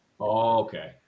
okay